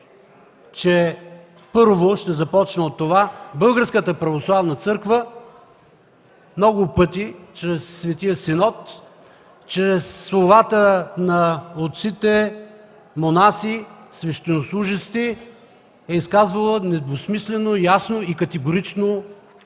че, първо, ще започна от това, Българската православна църква, много пъти чрез Светия Синод, чрез словата на отците монаси, свещенослужещи, е изказвала недвусмислено, ясно и категорично